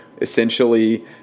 essentially